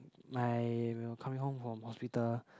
my we were coming home from hospital